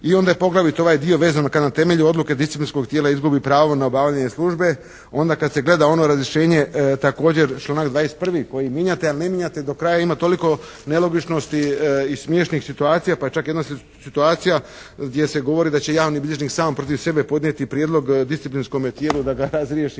I onda je poglavito ovaj dio vezan kad na temelju odluke disciplinskog tijela izgubi pravo na obavljanje službe, onda kad se gleda ono razrješenje također članak 21. koji mijenjati ili ne mijenjate, do kraja ima toliko nelogičnosti i smiješnih situacija. Pa je čak i jedna situacija gdje se govori da će javni bilježnik sam protiv sebe podnijeti prijedlog disciplinskom tijelu da ga razriješi